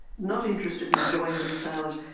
not interested in enjoying themselves,